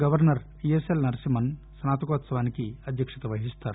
governor E S L Narasimhan స్నాతకోత్సవానికి అధ్యక్షత వహిస్తారు